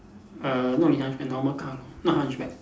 err not only hatchback normal car not hatchback